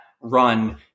run